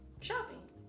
Shopping